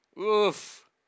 Oof